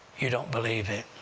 you don't believe it.